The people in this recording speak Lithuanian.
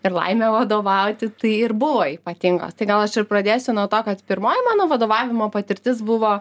ir laimę vadovauti tai ir buvo ypatingos tai gal aš ir pradėsiu nuo to kad pirmoji mano vadovavimo patirtis buvo